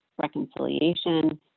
reconciliation